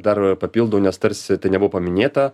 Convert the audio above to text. dar papildau nes tarsi tai nebuvo paminėta